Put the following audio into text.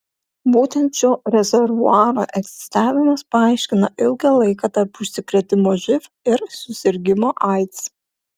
būtent šio rezervuaro egzistavimas paaiškina ilgą laiką tarp užsikrėtimo živ ir susirgimo aids